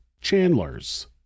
chandlers